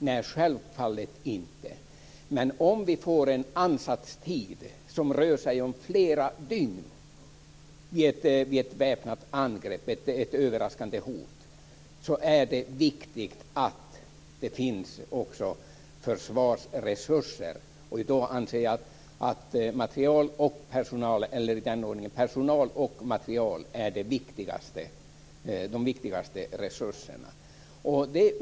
Nej, självfallet inte, men om vi får en ansatstid på flera dygn vid ett väpnat angrepp eller vid ett överraskande hot, är det viktigt att det finns försvarsresurser, och i dag är personal och materiel - i den ordningen - de viktigaste resurserna.